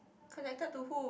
connected to who